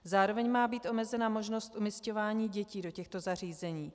Zároveň má být omezena možnost umisťování dětí do těchto zařízení.